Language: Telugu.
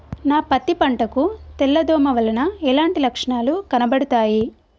నా పత్తి పంట కు తెల్ల దోమ వలన ఎలాంటి లక్షణాలు కనబడుతాయి?